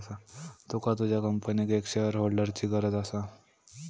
तुका तुझ्या कंपनीक एक शेअरहोल्डरची गरज असा